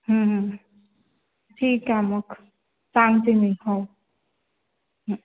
ठीक आहे मग सांगते मी हो